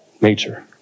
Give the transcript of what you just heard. nature